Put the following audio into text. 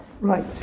Right